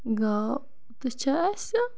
گاو تہِ چھِ اَسہِ